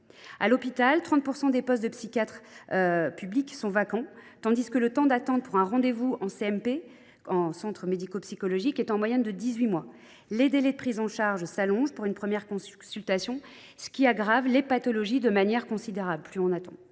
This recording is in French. À l’hôpital, 30 % des postes de psychiatres à l’hôpital public sont vacants, tandis que le temps d’attente pour un rendez vous en centre médico psychologique (CMP) est, en moyenne, de dix huit mois. Les délais de prise en charge s’allongent pour une première consultation, ce qui aggrave les pathologies de manière considérable. J’en viens